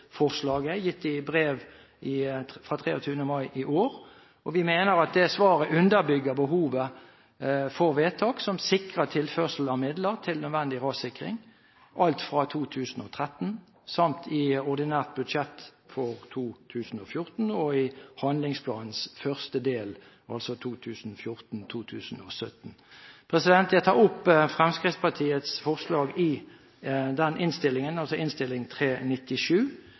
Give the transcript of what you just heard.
forslaget gitt i brev av 23. mai i år, og vi mener at det svaret underbygger behovet for vedtak som sikrer tilførsel av midler til nødvendig rassikring alt fra 2013, samt i ordinært budsjett for 2014 og i handlingsplanens første del, 2014–2017. Jeg tar opp Fremskrittspartiets forslag i